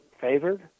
favored